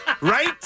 Right